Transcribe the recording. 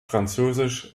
französisch